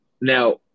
Now